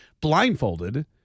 blindfolded